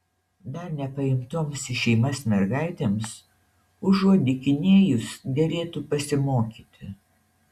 dar nepaimtoms į šeimas mergaitėms užuot dykinėjus derėtų pasimokyti